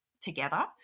together